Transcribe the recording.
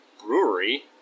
brewery